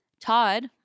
Todd